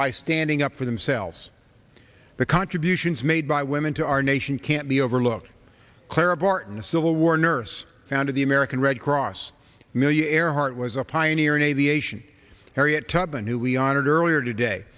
by standing up for themselves the contributions made by women to our nation can't be overlooked clara barton a civil war nurse founded the american red cross millionaire heart was a pioneer in aviation harriet tubman who we honored earlier today